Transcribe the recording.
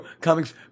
Comics